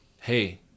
Hey